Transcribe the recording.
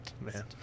man